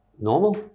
Normal